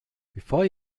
before